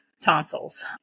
tonsils